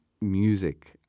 music